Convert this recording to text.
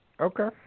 Okay